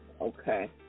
okay